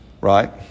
right